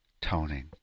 toning